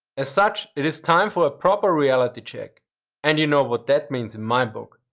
as such, it is time for a proper reality check and you know what that means in my book,